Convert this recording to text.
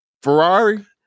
Ferrari